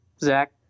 Zach